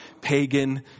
pagan